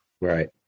Right